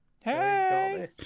Hey